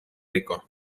rico